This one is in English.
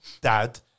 dad